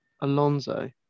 Alonso